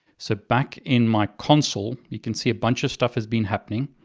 so back in my console, you can see a bunch of stuff has been happening.